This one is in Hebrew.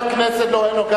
יש לו כל הזכויות, לא, אין לו.